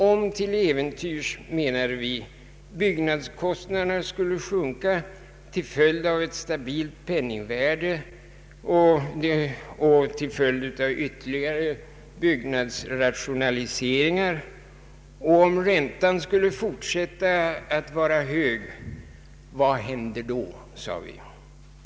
Om till äventyrs, menar vi, byggnadskostnaderna skulle sjunka till följd av ett stabilt penningvärde och ytterligare byggnadsrationaliseringar och om räntan skulle fortsätta att vara hög, vad händer då?